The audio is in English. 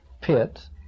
pit